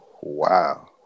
Wow